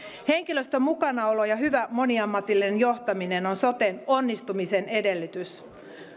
henkilöstön mukanaolo ja hyvä moniammatillinen johtaminen on soten onnistumisen edellytys